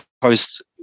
post